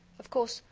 of course,